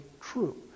true